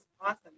awesome